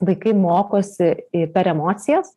vaikai mokosi i per emocijas